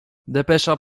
depesza